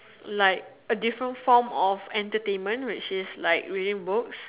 like a different form of entertainment which is like reading books